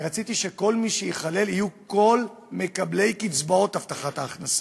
רציתי שייכללו כל מקבלי קצבאות הבטחת הכנסה.